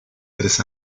tres